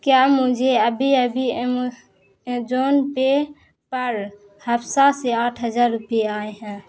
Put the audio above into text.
کیا مجھے ابھی ابھی ایجون پے پر حفصہ سے آٹھ ہزار روپیہ آئے ہیں